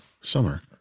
summer